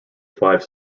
five